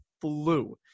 flew